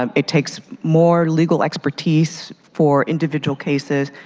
um it takes more legal expertise for individual cases.